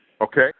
Okay